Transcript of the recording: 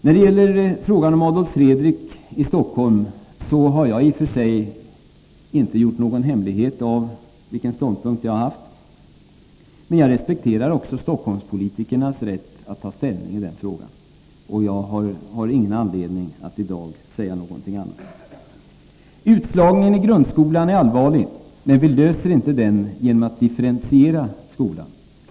När det gäller frågan om Adolf Fredriks skola i Stockholm har jag i och för sig inte gjort någon hemlighet av vilken inställning jag har haft, men jag respekterar också Stockholmspolitikernas rätt att ta ställning i den frågan. Jag har ingen anledning att i'dag säga något annat. Utslagningen i grundskolan är allvarlig, men vi löser inte det problemet genom att differentiera skolan.